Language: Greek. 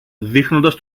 δείχνοντας